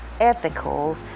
ethical